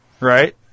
right